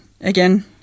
again